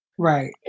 Right